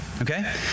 Okay